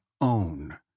own